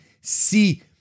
see